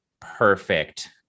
perfect